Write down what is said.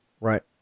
right